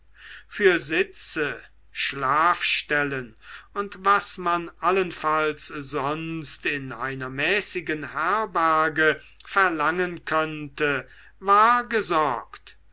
für sitze schlafstellen und was man allenfalls sonst in einer mäßigen herberge verlangen könnte war gesorgt